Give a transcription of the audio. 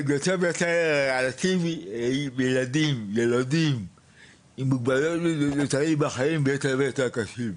--- ילדים עם מוגבלויות נותרים בחיים --- יותר קשים.